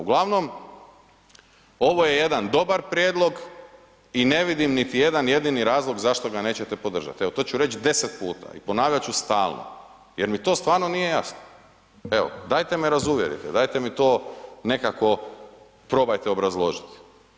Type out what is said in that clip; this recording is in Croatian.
Uglavnom, ovo je jedan dobar prijedlog i ne vidim niti jedan jedini razlog zašto ga nećete podržat, evo to ću reć 10 puta i ponavljat ću stalno jer mi to stvarno nije jasno, evo dajte me razuvjerite, dajte mi to nekako probajte obrazložiti.